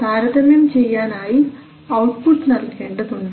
താരതമ്യം ചെയ്യാനായി ഔട്ട്പുട്ട് നൽകേണ്ടതുണ്ട്